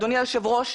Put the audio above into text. אדוני היושב-ראש,